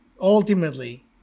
ultimately